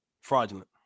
fraudulent